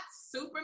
super